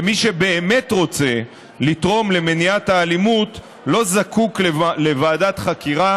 מי שבאמת רוצה לתרום למניעת האלימות לא זקוק לוועדת חקירה,